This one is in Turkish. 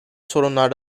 sorunlar